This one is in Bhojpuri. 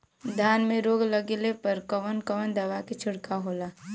धान में रोग लगले पर कवन कवन दवा के छिड़काव होला?